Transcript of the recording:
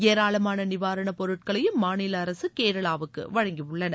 ஏராளமான நிவாரணப் பொருட்களையும் மாநில அரசு கேரளாவுக்கு வழங்கியுள்ளன